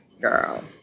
Girl